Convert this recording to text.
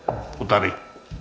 arvoisa